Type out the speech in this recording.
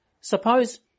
Suppose